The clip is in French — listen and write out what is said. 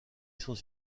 sont